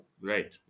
Right